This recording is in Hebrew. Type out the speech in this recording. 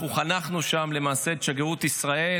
אנחנו חנכנו שם למעשה את שגרירות ישראל,